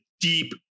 deep